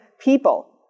people